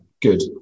good